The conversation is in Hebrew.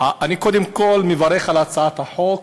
אני קודם כול מברך על הצעת החוק.